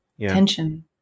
tension